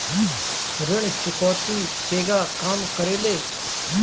ऋण चुकौती केगा काम करेले?